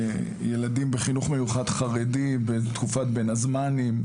ילדים בחינוך מיוחד חרדי בתקופת בין הזמנים,